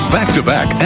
Back-to-back